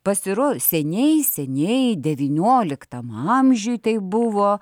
pasirodo seniai seniai devynioliktam amžiuj taip buvo